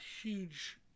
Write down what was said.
huge